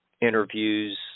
interviews